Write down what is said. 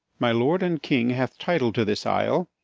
my lord and king hath title to this isle,